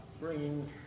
bringing